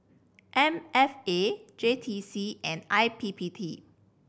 M F A J T C and I P P T